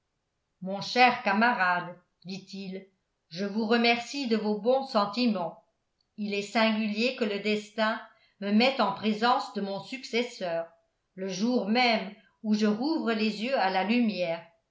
mon cher camarade dit-il je vous remercie de vos bons sentiments il est singulier que le destin me mette en présence de mon successeur le jour même où je rouvre les yeux à la lumière